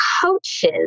coaches